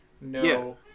no